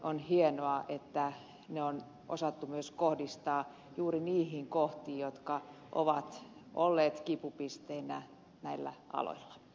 on hienoa että ne on osattu myös kohdistaa juuri niihin kohtiin jotka ovat olleet kipupisteitä näillä aloilla